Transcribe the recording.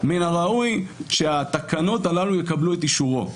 מן הראוי שהתקנות הללו יקבלו את אישורו.